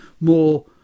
more